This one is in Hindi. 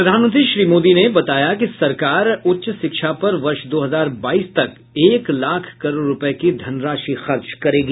प्रधानमंत्री श्री मोदी ने बताया कि सरकार उच्च शिक्षा पर वर्ष दो हजार बाईस तक एक लाख करोड़ रुपये की धनराशि खर्च करेगी